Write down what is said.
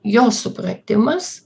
jo supratimas